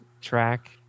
track